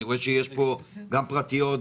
אני רואה שיש פה גם פרטיות,